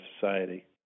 society